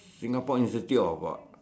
Singapore institute of what